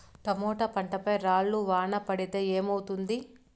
Tomato పంట పై రాళ్లు వాన పడితే ఏమవుతుంది?